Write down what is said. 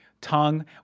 Tongue